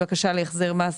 בקשה להחזר מס,